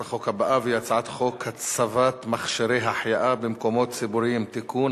הצעת החוק אושרה בקולותיהם של 14 תומכים,